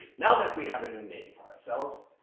now that we have a new name for ourselves,